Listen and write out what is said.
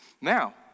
Now